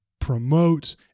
promote